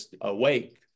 awake